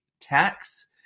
tax